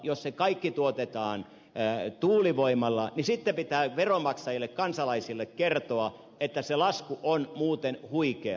jos se kaikki tuotetaan tuulivoimalla niin sitten pitää veronmaksajille kansalaisille kertoa että se lasku on muuten huikea